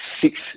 six